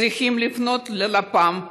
צריכים לפנות ללפ"מ.